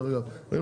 דרך אגב.